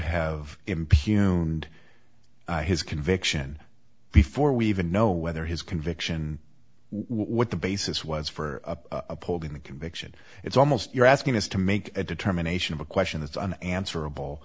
impugn his conviction before we even know whether his conviction what the basis was for upholding the conviction it's almost you're asking us to make a determination of a question is an answerable